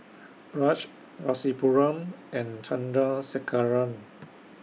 Raj Rasipuram and Chandrasekaran